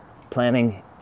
Planning